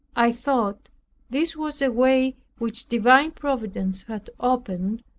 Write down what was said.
i thought this was a way which divine providence had opened,